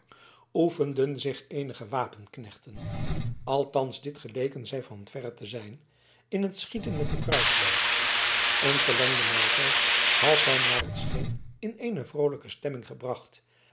oefenden zich eenige wapenknechten althans dit geleken zij van verre te zijn in het schieten met den kruisboog een verlengde maaltijd had hen naar het scheen in eene vroolijke stemming gebracht